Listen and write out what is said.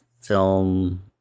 film